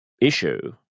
issue